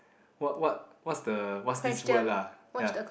what what what's the what's this word lah ya